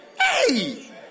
Hey